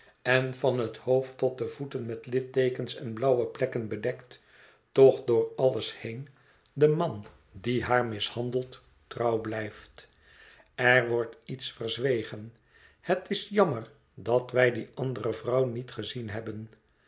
en van het hoofd tot de voeten met litteekens en blauwe plekken bedekt toch door alles heen den man die haar mishandelt trouw blijft er wordt iets verzwegen het is jammer dat wij die andere vrouw niet gezien hebben